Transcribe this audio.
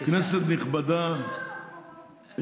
כנסת נכבדה,